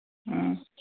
ꯑꯥ